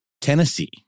Tennessee